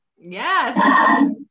Yes